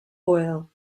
oil